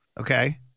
Okay